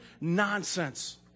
nonsense